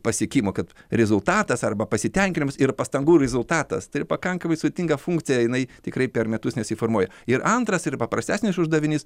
pasiekimo kad rezultatas arba pasitenkinimas yra pastangų rezultatas tai yra pakankamai sudėtinga funkcija jinai tikrai per metus nesiformuoja ir antras yra paprastesnis uždavinys